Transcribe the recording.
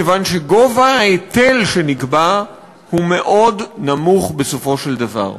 מכיוון שההיטל שנקבע הוא מאוד נמוך, בסופו של דבר.